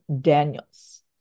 Daniels